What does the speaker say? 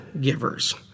givers